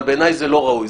אבל בעיניי זה לא ראוי.